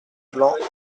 blanc